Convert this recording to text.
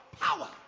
power